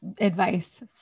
advice